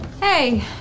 Hey